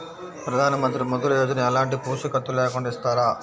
ప్రధానమంత్రి ముద్ర యోజన ఎలాంటి పూసికత్తు లేకుండా ఇస్తారా?